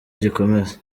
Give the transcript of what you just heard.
gikomeza